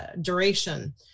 duration